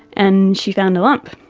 and she found a lump.